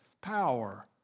power